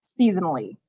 seasonally